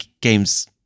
games